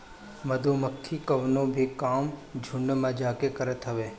मधुमक्खी कवनो भी काम झुण्ड में जाके करत हवे